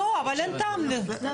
לא, אבל אין טעם לזה.